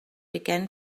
began